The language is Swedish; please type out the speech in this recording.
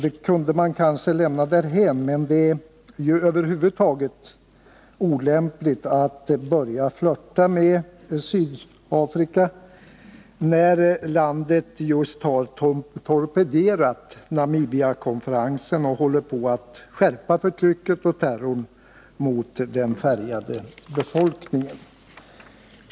Detta kunde man kanske lämna därhän, men det är ju över huvud taget olämpligt att börja flirta med Sydafrika när det landet just har torpederat Namibiakonferensen och håller på att skärpa förtrycket och terrorn mot den färgade befolkningen.